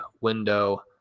window